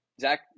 Zach